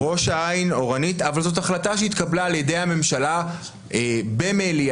אבל זאת החלטה שהתקבלה על ידי הממשלה במליאתה,